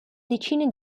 decine